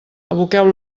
aboqueu